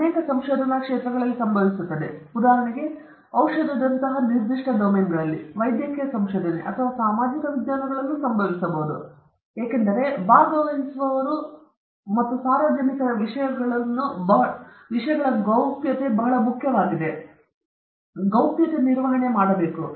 ಅನೇಕ ಸಂಶೋಧನಾ ಕ್ಷೇತ್ರಗಳಲ್ಲಿ ಇದು ಸಂಭವಿಸುತ್ತದೆ ಉದಾಹರಣೆಗೆ ಔಷಧದಂತಹ ನಿರ್ದಿಷ್ಟ ಡೊಮೇನ್ಗಳಲ್ಲಿ ವೈದ್ಯಕೀಯ ಸಂಶೋಧನೆ ಅಥವಾ ಸಾಮಾಜಿಕ ವಿಜ್ಞಾನಗಳಲ್ಲಿ ಇದು ಸಂಭವಿಸಬಹುದು ಏಕೆಂದರೆ ಭಾಗವಹಿಸುವವರು ಅಥವಾ ವಿಷಯಗಳ ಗೋಪ್ಯತೆ ಬಹಳ ಮುಖ್ಯವಾಗಿದೆ ಪಾಲ್ಗೊಳ್ಳುವವರ ಗೌಪ್ಯತೆ ನಿರ್ವಹಣೆ ಮಾಡಬೇಕು